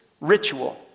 ritual